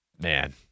man